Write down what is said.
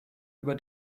über